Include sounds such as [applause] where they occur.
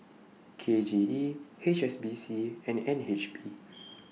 K J E H S B C and N H B [noise]